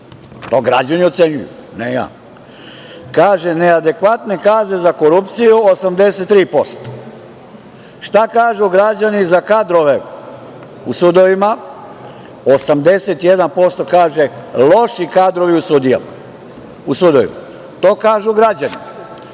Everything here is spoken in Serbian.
To građani ocenjuju, ne ja. Kaže – neadekvatne kazne za korupciju 83%. Šta kažu građani za kadrove u sudovima? Kaže 81% loši kadrovi u sudovima. To kažu građani. Šta